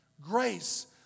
Grace